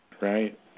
Right